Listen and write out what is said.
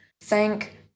Thank